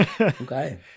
okay